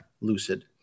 lucid